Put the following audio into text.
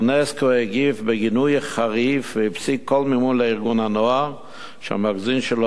אונסק"ו הגיב בגינוי חריף והפסיק כל מימון לארגון הנוער שהמגזין שלו,